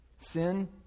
Sin